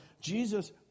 Jesus